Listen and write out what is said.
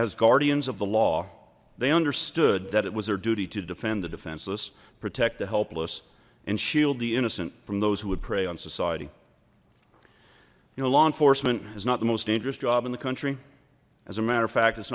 as guardians of the law they understood that it was their duty to defend the defenseless protect the helpless and shield the innocent from those who would prey on society you know law enforcement is not the most dangerous job in the country as a matter of fact it's